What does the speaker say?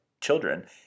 children